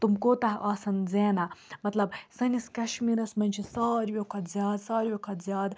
تِم کوتاہ آسیٚن زینان مطلب سٲنِس کَشمیٖرَس منٛز چھِ ساروٕے کھۄتہٕ زیادٕ ساروٕے کھۄتہٕ زیادٕ